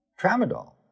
tramadol